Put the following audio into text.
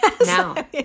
Now